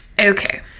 Okay